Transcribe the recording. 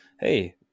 hey